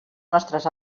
nostres